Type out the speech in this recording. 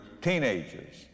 teenagers